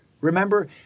Remember